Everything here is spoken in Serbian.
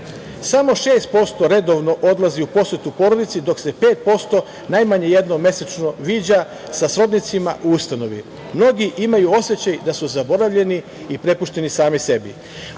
Samo 6% redovno odlazi u posetu porodici, dok se 5% najmanje jednom mesečno viđa sa srodnicima u ustanovi. Mnogi imaju osećaj da su zaboravljeni i prepušteni sami